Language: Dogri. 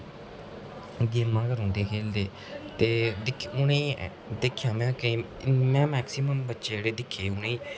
गेमां गै रौंह्दे खेढदे ते उ'नेंगी दिक्खेआ में केईं बारी में मैक्सीमम बच्चे दिक्खे उ'नेंगी